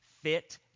fit